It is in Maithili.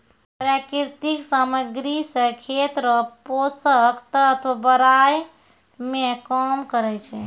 प्राकृतिक समाग्री से खेत रो पोसक तत्व बड़ाय मे काम करै छै